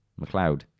mcleod